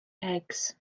eggs